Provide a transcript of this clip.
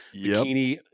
bikini